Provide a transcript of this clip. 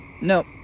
No